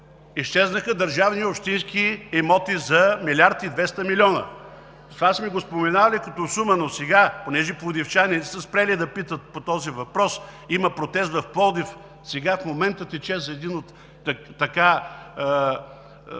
изчезнаха държавни общински имоти за милиард и 200 милиона. Това сме го споменавали като сума, но сега, понеже пловдивчани не са спрели да питат по този въпрос, има протест в Пловдив – в момента тече за един от